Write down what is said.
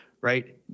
right